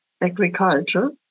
agriculture